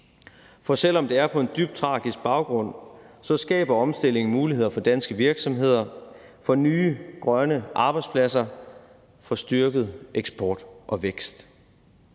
For selv om det er på en dybt tragisk baggrund, så skaber omstillingen muligheder for danske virksomheder for nye grønne arbejdspladser og for styrket eksport og vækst.